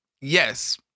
yes